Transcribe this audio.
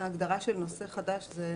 ההגדרה של נושא חדש זה: